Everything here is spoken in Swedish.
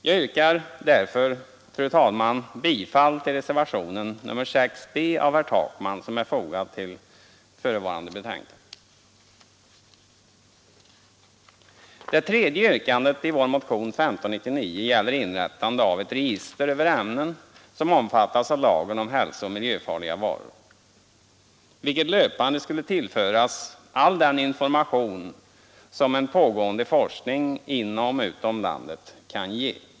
Jag yrkar därför, fru talman, bifall till reservationen 6 b av herr Det tredje yrkandet i vår motion 1599 gäller inrättandet av ett register över ämnen som omfattas av lagen om hälsooch miljöfarliga varor, vilket fortlöpande skulle tillföras all den information som en pågående forskning inom och utom landet kan ge.